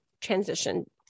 transition